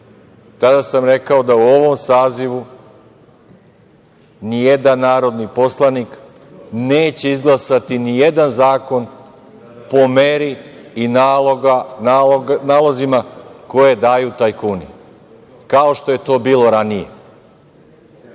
Tada sam rekao da u ovom sazivu nijedan narodni poslanik neće izglasati nijedan zakon po meri i nalozima koje daju tajkuni, kao što je to bilo ranije.